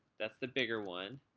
that's the bigger one,